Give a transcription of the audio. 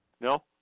No